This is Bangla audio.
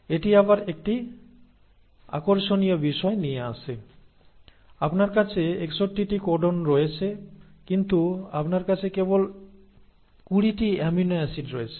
এটি আবার একটি আকর্ষণীয় বিষয় নিয়ে আসে আপনার কাছে 61 টি কোডন রয়েছে কিন্তু আপনার কাছে কেবল 20 টি অ্যামিনো অ্যাসিড রয়েছে